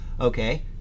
Okay